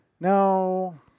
No